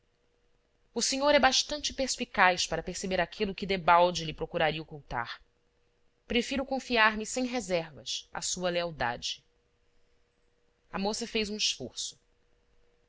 o senhor é bastante perspicaz para perceber aquilo que debalde lhe procuraria ocultar prefiro confiar me sem reservas à sua lealdade a moça fez um esforço